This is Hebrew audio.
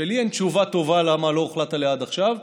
שלי אין תשובה טובה למה לא הוחלט עליה עד עכשיו.